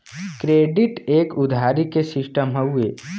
credit एक उधारी के सिस्टम हउवे